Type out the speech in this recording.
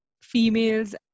females